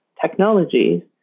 technology